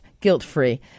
guilt-free